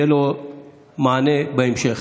יהיה לו מענה בהמשך.